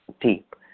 deep